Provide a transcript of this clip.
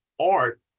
art